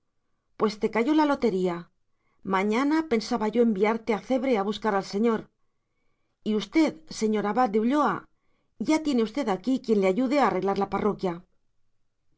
pues te cayó la lotería mañana pensaba yo enviarte a cebre a buscar al señor y usted señor abad de ulloa ya tiene usted aquí quien le ayude a arreglar la parroquia